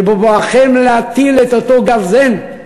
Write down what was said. שבבואכם להטיל את אותו גרזן,